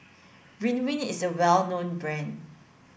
Ridwind is a well known brand